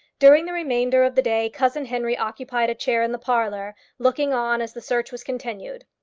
during the remainder of the day cousin henry occupied a chair in the parlour, looking on as the search was continued.